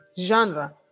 genre